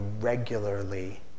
regularly